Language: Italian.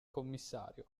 commissario